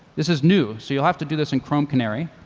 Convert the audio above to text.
this is new, so you'll have to do this in chrome canary.